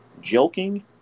joking